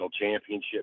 championship